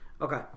Okay